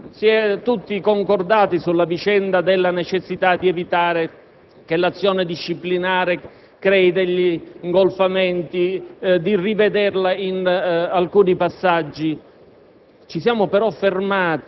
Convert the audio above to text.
Credo, signor Ministro, che tutti concordino sulla necessità di evitare che l'azione disciplinare crei degli ingolfamenti e di rivederla in alcuni passaggi.